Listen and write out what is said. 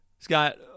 Scott